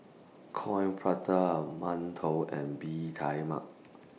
Coin Prata mantou and Bee Kai Mak